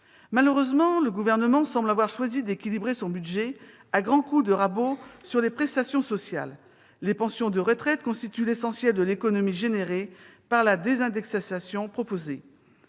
Malheureusement, le Gouvernement semble avoir choisi d'équilibrer son budget à grands coups de rabot sur les prestations sociales. Les pensions de retraite fournissent ainsi l'essentiel de l'économie résultant de la désindexation proposée.